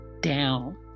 down